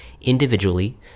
individually